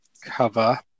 Cover